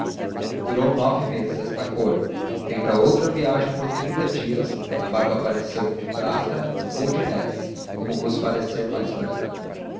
durou nove meses esta cor feita outra viagem por trinta dias a barba apareceu de prata ou de neve como vos parecer mais branca